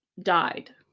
died